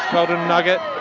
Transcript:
golden nugget,